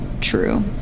true